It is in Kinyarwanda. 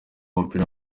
w’umupira